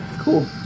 Cool